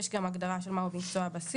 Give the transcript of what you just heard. יש גם הגדרה של מה הוא מקצוע בסיס,